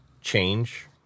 change